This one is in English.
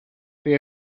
they